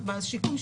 בשיקום,